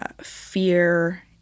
Fear